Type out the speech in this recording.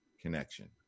connection